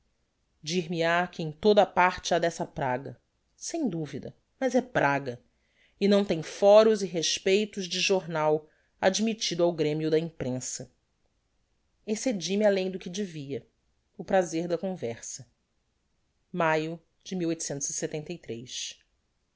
dir me ha que em toda a parte ha dessa praga sem duvida mas é praga e não tem foros e respeitos de jornal admittido ao gremio da imprensa excedi me além do que devia o prazer da conversa maio de